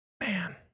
Man